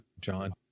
John